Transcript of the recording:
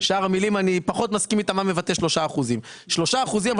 שאר המילים אני פחות מסכים מה מבטא 3%. 3% בישראל,